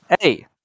hey